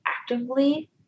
actively